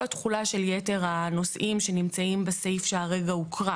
התכולה של יתר הנושאים שנמצאים בסעיף שהרגע הוקרא.